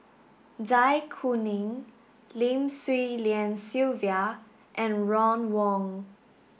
Zai Kuning Lim Swee Lian Sylvia and Ron Wong